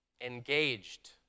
engaged